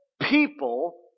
people